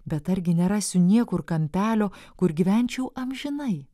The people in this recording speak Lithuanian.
bet argi nerasiu niekur kampelio kur gyvenčiau amžinai